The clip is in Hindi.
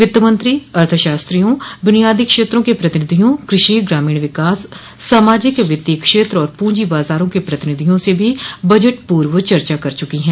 वित्तमंत्री अर्थशास्त्रियों बुनियादी क्षेत्रों के प्रतिनधियों कृषि ग्रामीण विकास सामाजिक वित्तीय क्षेत्र और पूंजी बाजारों के प्रतिनिधियों से भी बजट पूर्व चर्चा कर चुकी हैं